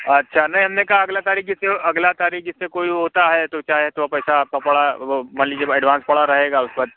अच्छा नहीं हम ने कहा अगलइ तारीख़ की जो अगलइ तारीख़ जैसे कोई होता है तो चाहे तो पैसा आपका पड़ा है वो मान लीजिए एडवांस पड़ा रहेगा उसके बाद